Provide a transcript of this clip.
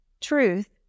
Truth